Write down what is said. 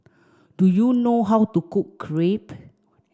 do you know how to cook Crepe